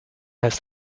has